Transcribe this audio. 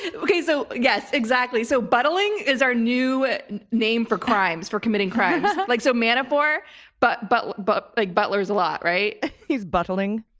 and okay, so yes! exactly. so buttling is our new name for crimes, for committing crimes, like so manafort but but but like butlers a lot, he's buttling.